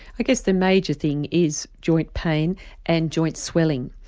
i guess the major thing is joint pain and joint swelling.